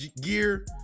gear